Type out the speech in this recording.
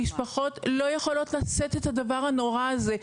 המשפחות לא יכולות לשאת את הדבר הנורא הזה,